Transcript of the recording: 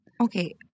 Okay